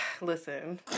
Listen